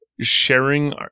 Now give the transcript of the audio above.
sharing